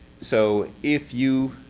so if you.